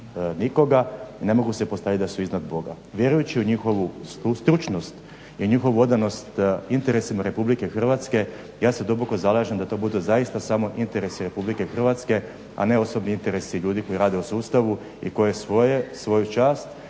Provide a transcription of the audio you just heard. nikoga i ne mogu se postaviti da su iznad Boga. Vjerujući u njihovu stručnost i u njihovu odanost interesima Republike Hrvatske ja se duboko zalažem da to budu zaista samo interesi Republike Hrvatske a ne osobni interesi ljudi koji rade u sustavu i koji svoju čast